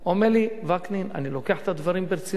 אומר לי: וקנין, אני לוקח את הדברים ברצינות.